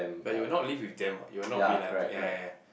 but you will not leave with them what you will not be like ya ya ya